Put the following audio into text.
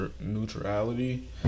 neutrality